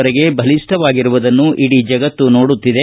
ವರೆಗೆ ಬಲಿಷ್ಟವಾಗಿರುವುದನ್ನು ಇಡೀ ಜಗತ್ತು ನೋಡುತ್ತಿದೆ